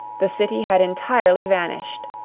the city had entirely vanished.